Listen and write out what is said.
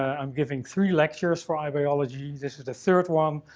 i'm giving three lectures for ibiology. this is the third one,